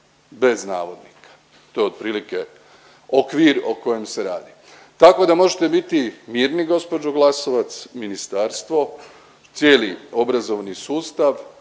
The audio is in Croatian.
bez navodnika. To je otprilike okvir o kojem se radi, tako da možete biti mirni gospođo Glasovac, ministarstvo, cijeli obrazovni sustav